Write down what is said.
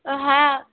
হ্যাঁ